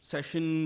Session